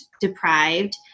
deprived